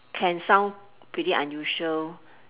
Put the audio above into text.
can sound pretty unusual